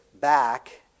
back